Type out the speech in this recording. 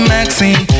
Maxine